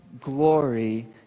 glory